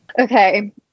Okay